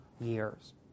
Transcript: years